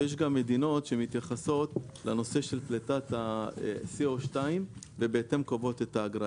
יש מדינות שמתייחסות לנושא של פליטת CO2 ובהתאם קובעות את האגרה.